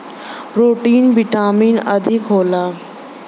protein vitamin अधिक होला